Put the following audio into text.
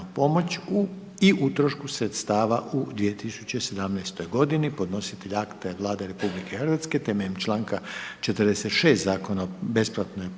pomoć i utrošku sredstava u 2017. godini Podnositelj akta je Vlada RH temeljem članka 46. Zakona o besplatnoj